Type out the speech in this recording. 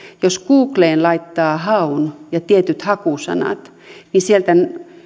jos googleen laittaa haun ja tietyt hakusanat niin sieltä